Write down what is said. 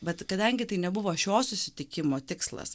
bet kadangi tai nebuvo šio susitikimo tikslas